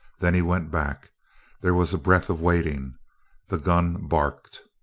then he went back there was a breath of waiting the gun barked!